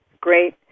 great